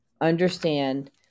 understand